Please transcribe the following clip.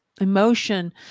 emotion